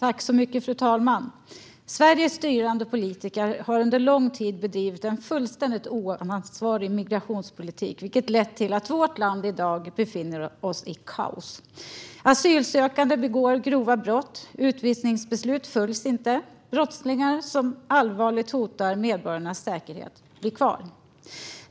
Fru talman! Sveriges styrande politiker har under lång tid bedrivit en fullständigt oansvarig migrationspolitik, vilket lett till att vårt land i dag befinner sig i kaos. Asylsökande begår grova brott. Utvisningsbeslut följs inte. Brottslingar som allvarligt hotar medborgarnas säkerhet blir kvar.